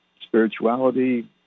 spirituality